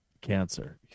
Cancer